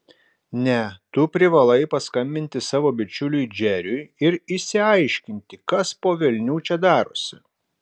ne tu privalai paskambinti savo bičiuliui džeriui ir išsiaiškinti kas po velnių čia darosi